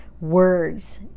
words